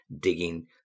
digging